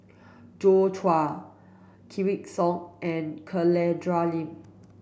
Joi Chua Wykidd Song and Catherine Lim